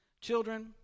Children